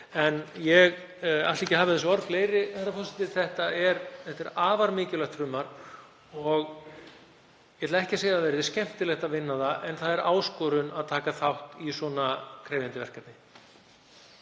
En ég ætla ekki að hafa þessi orð fleiri, herra forseti. Þetta er afar mikilvægt frumvarp og ég ætla ekki að segja að það verði skemmtilegt að vinna það en það er áskorun að taka þátt í svona krefjandi verkefni.